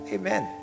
amen